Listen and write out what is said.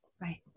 Right